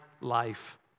life